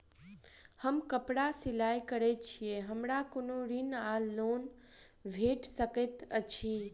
हम कापड़ सिलाई करै छीयै हमरा कोनो ऋण वा लोन भेट सकैत अछि?